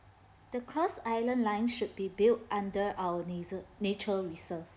the cross island line should be built under our naser~ nature reserve